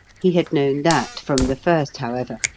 he had known that from the first, however.